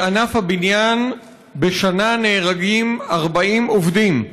בענף הבניין נהרגים 40 עובדים בשנה.